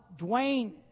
Dwayne